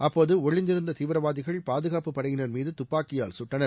அப்போது ஒலிந்திருந்த தீவிரவாதிகள் பாதுகாப்பு படையினர் மீது துப்பாக்கியால் சுட்டனர்